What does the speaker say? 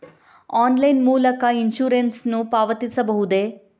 Online ಮೂಲಕ insurance ನ್ನು ಪಾವತಿಸಬಹುದೇ?